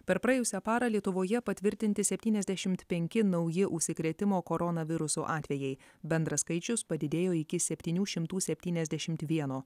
per praėjusią parą lietuvoje patvirtinti septyniasdešimt penki nauji užsikrėtimo koronavirusu atvejai bendras skaičius padidėjo iki septynių šimtų septyniasdešimt vieno